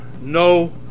no